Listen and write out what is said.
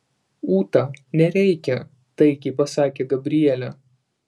ūta nereikia taikiai pasakė gabrielė